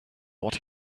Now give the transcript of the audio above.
what